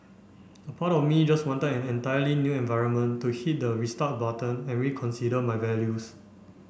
a part of me just wanted an entirely new environment to hit the restart button and reconsider my values